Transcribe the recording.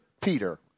Peter